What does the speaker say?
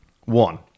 One